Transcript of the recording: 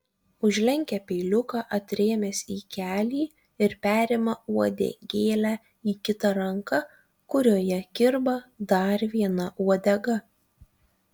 užlenkia peiliuką atrėmęs į kelį ir perima uodegėlę į kitą ranką kurioje kirba dar viena uodega